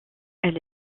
elle